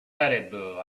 terribly